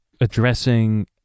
addressing